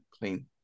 clean